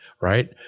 right